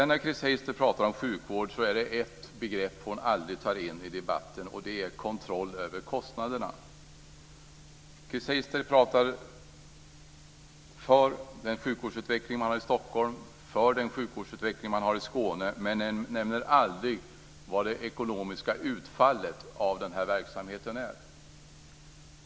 När Chris Heister pratar om sjukvården finns det ett begrepp som hon aldrig tar med i debatten: kontrollen över kostnaderna. Chris Heister talar för den sjukvårdsutveckling som man har i Stockholm och i Skåne men hon nämner aldrig vad det ekonomiska utfallet av verksamheten är.